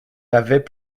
avait